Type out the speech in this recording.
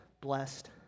blessed